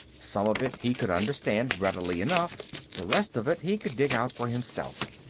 some of it he could understand readily enough the rest of it he could dig out for himself.